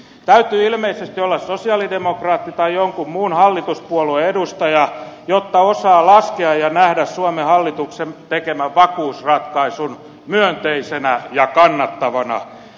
täytyy ilmeisesti olla sosialidemokraatti tai jonkun muun hallituspuolueen edustaja jotta osaa laskea ja nähdä suomen hallituksen tekemän vakuusratkaisun myönteisenä ja kannattavana